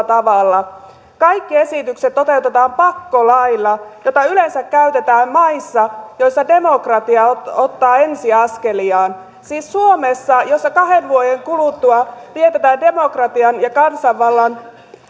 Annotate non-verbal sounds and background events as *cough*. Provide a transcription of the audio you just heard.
*unintelligible* tavalla kaikki esitykset toteutetaan pakkolailla jota yleensä käytetään maissa joissa demokratia ottaa ensiaskeliaan siis suomessa jossa kahden vuoden kuluttua vietetään demokratian ja kansanvallan